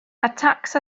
attacks